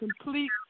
complete